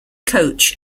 coach